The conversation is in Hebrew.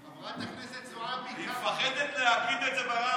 חברת הכנסת זועבי, היא מפחדת להגיד את זה ברמקול,